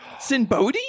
sinbodi